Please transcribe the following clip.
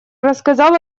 рассказал